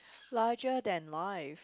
larger than life